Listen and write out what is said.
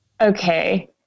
Okay